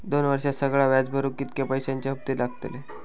दोन वर्षात सगळा व्याज भरुक कितक्या पैश्यांचे हप्ते लागतले?